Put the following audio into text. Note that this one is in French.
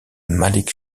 malik